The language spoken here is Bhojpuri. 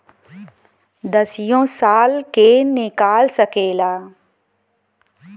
दसियो साल के निकाल सकेला